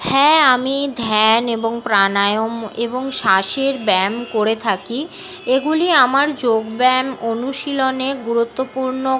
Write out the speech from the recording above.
হ্যাঁ আমি ধ্যান এবং প্রাণায়াম এবং শ্বাসের ব্যায়াম করে থাকি এগুলি আমার যোগ ব্যায়াম অনুশীলনে গুরুত্বপূর্ণ